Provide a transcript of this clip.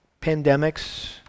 pandemics